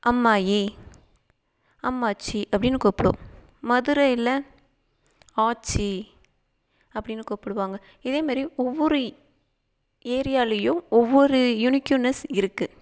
அப் அம்மாயி அம்மாச்சி அப்படின்னு கூப்பிடுவோம் மதுரையில் ஆச்சி அப்படின்னு கூப்பிடுவாங்க இதே மாரி ஒவ்வொரு ஏரியாலையும் ஒவ்வொரு யுனிக்யூனெஸ் இருக்குது